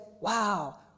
wow